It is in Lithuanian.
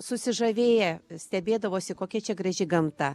susižavėję stebėdavosi kokia čia graži gamta